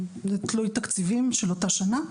זה תלוי תקציבים של אותה שנה.